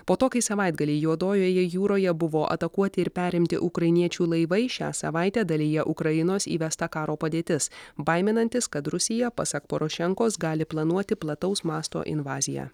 po to kai savaitgalį juodojoje jūroje buvo atakuoti ir perimti ukrainiečių laivai šią savaitę dalyje ukrainos įvesta karo padėtis baiminantis kad rusija pasak porošenkos gali planuoti plataus masto invaziją